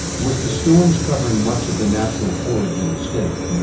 with the storms covering much of the natural forage in the state,